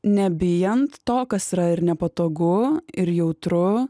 nebijant to kas yra ir nepatogu ir jautru